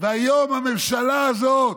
והיום הממשלה הזאת,